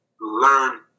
learn